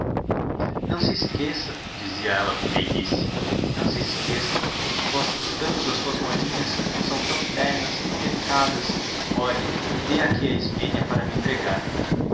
não se esqueça dizia ela com meiguice não se esqueça gosto tanto das suas modinhas são tão ternas tão delicadas olhe dê aqui a ismênia para me entregar